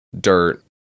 dirt